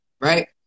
right